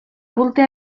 culte